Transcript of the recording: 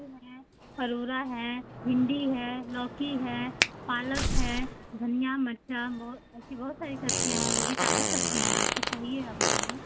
फरूरा है भिंडी है लौकी है पालक है धनिया मिर्चा बहुत ऐसी बहुत सारी सब्ज़ियाँ हैं वह भी ताज़ी सब्ज़ियाँ हैं आपको चाहिए है आप बताइए